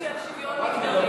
אבקש לסיים.